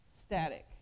static